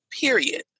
period